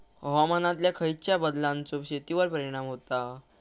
हवामानातल्या खयच्या बदलांचो शेतीवर परिणाम होता?